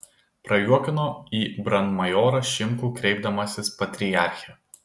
prajuokino į brandmajorą šimkų kreipdamasis patriarche